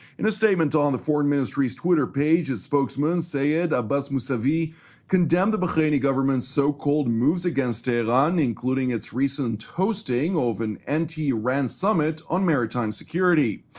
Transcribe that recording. in a statement on the foreign ministry's twitter page, its spokesman seyyed abbas mousavi condemned the bahraini government's so-called moves against tehran, including its recent hosting of an anti-iran summit on maritime security.